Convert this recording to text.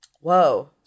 Whoa